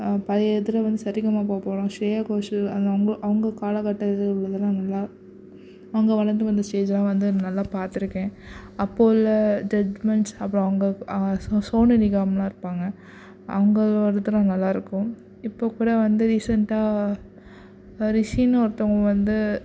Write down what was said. பழைய இதில் வந்து சரிகமபா போடுறான் ஷ்ரேயாகோஷல் அந்த அவங்க அவங்க காலக்கட்டத்தில் உள்ளதுலாம் நல்லா அவங்க வளர்ந்து வந்த ஸ்டேஜுலாம் வந்து நல்லா பார்த்துருக்கேன் அப்போ உள்ள ஜெஜ்மெண்ட்ஸ் அப்புறம் அவங்க சோ சோனு நிகாம்லாம் இருப்பாங்க அவங்களோடதுலாம் நல்லாயிருக்கும் இப்போ கூட வந்து ரீசெண்டாக ரிஷின்னு ஒருத்தவங்கள் வந்து